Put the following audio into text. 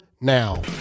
now